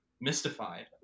mystified